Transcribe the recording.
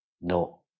No